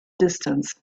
distance